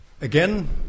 Again